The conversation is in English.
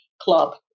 club